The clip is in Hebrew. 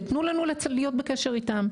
ותנו לנו להיות בקשר איתם,